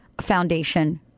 Foundation